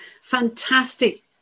fantastic